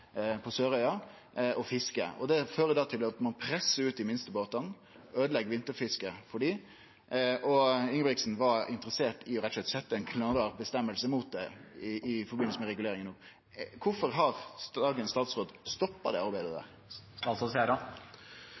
Sørøya for å fiske. Det fører til at ein pressar ut dei minste båtane og øydelegg vinterfisket for dei. Ingebrigtsen var interessert i rett og slett å setje inn ei knallhard bestemming mot det i samband med reguleringa. Kvifor har dagens statsråd stoppa det arbeidet?